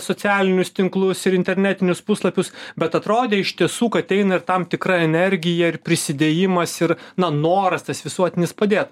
socialinius tinklus ir internetinius puslapius bet atrodė iš tiesų kad eina ir tam tikra energija ir prisidėjimas ir na noras tas visuotinis padė